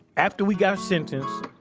after we got sentenced,